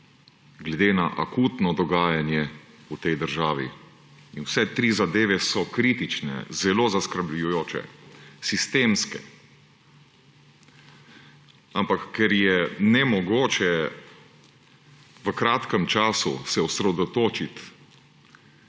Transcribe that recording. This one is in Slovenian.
glede na akutno dogajanje v tej državi. In vse tri zadeve so kritične, zelo zaskrbljujoče, sistemske. Ampak ker se je nemogoče v kratkem času osredotočiti